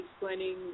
explaining